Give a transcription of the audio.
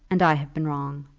and i have been wrong.